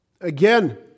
Again